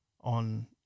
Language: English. on